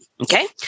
Okay